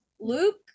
Luke